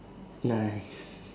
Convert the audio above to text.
nice